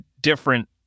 different